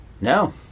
No